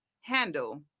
handle